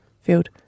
Field